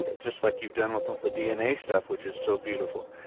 just like you've done with all the dna stuff, which is so beautiful.